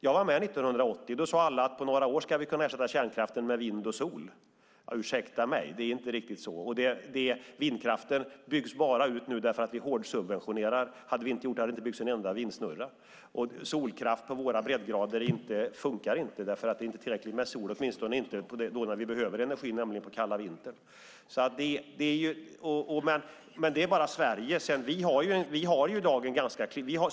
Jag var med 1980. Då sade alla att vi om några år skulle kunna ersätta kärnkraften med vind och solenergi. Ursäkta mig, men det är inte riktigt så. Vindkraften byggs ut nu bara därför att vi hårdsubventionerar den. Hade vi inte gjort det hade det inte byggts en enda vindsnurra. Solkraft på våra breddgrader funkar inte därför att det inte är tillräckligt med sol, åtminstone inte när vi behöver energi, nämligen under den kalla vintern. Men det handlar om Sverige.